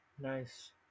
Nice